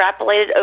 extrapolated